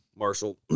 Marshall